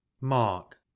mark